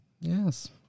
yes